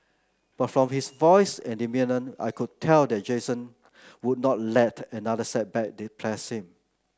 but from his voice and demeanour I could tell that Jason would not let another setback depress him